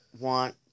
want